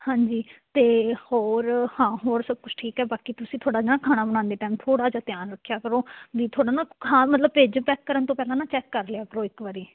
ਹਾਂਜੀ ਅਤੇ ਹੋਰ ਹਾਂ ਹੋਰ ਸਭ ਕੁਛ ਠੀਕ ਹੈ ਬਾਕੀ ਤੁਸੀਂ ਥੋੜ੍ਹਾ ਨਾ ਖਾਣਾ ਬਣਾਉਂਦੇ ਟੈਮ ਥੋੜ੍ਹਾ ਜਿਹਾ ਧਿਆਨ ਰੱਖਿਆ ਕਰੋ ਵੀ ਥੋੜ੍ਹਾ ਨਾ ਹਾਂ ਵੀ ਮਤਲਬ ਭੇਜ ਪੈਕ ਕਰਨ ਤੋਂ ਪਹਿਲਾਂ ਨਾ ਚੈੱਕ ਕਰ ਲਿਆ ਕਰੋ ਇੱਕ ਵਾਰੀ